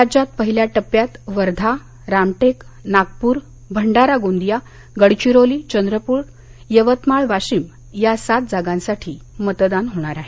राज्यात पहिल्या टप्प्यात वर्धा रामटेक नागपूर भंडारा गोंदिया गडचिरोली चंद्रपूर यवतमाळ वाशीम या सात जागांसाठी मतदान होणार आहे